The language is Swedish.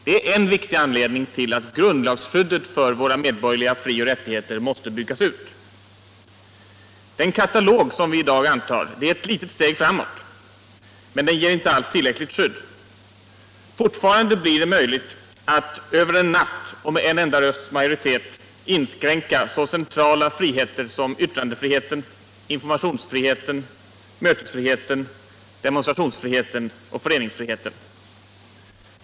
Det är en viktig anledning till att grundlagsskyddet för våra medborgerliga frioch rittigheter måste byggas ut. Den katalog som vi i dap antar är ett litet steg framåt, men den ger inte alls ett tillräckligt skydd. Fortfarande blir det möjligt att över en natt och med en enda rösts majoritet inskränka så centrala friheter som yttrandetriheten, informationsfriheten, mötesfriheten, demonstrationsfriheten och föreningsfriheten.